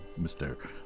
Mr